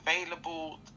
available